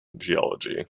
geology